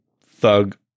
thug